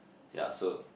yea so